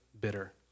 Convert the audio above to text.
bitter